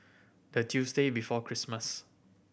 the Tuesday before Christmas